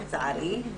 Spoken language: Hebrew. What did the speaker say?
לצערי,